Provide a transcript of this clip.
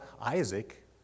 Isaac